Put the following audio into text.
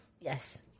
yes